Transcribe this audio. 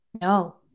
No